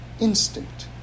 instinct